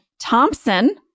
Thompson